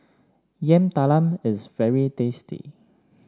Yam Talam is very tasty